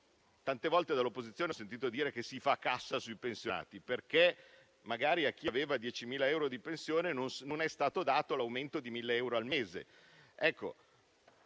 tante volte dall'opposizione ho sentito dire che si fa cassa sui pensionati perché magari a chi aveva 10.000 euro di pensione non è stato dato l'aumento di 1.000 euro al mese.